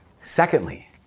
Secondly